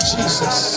Jesus